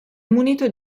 munito